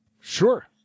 Sure